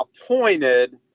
appointed